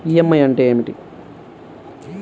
EMI అంటే ఏమిటి?